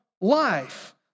life